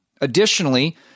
Additionally